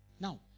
Now